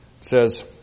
says